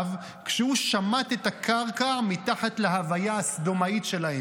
כשהוא שמט את הקרקע מתחת להוויה הסדומאית שלהם.